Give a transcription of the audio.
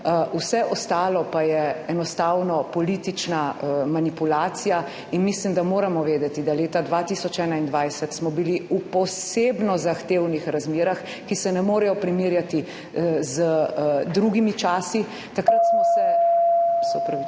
vse ostalo pa je enostavno politična manipulacija. Mislim, da moramo vedeti, da smo bili leta 2021 v posebno zahtevnih razmerah, ki se ne morejo primerjati z drugimi časi. Takrat smo se